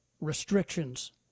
restrictions